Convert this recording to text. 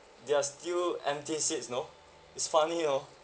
they are still empty seats you know it's funny hor